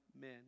men